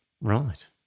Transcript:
Right